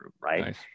right